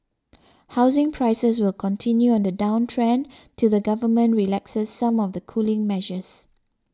housing prices will continue on the downtrend till the government relaxes some of the cooling measures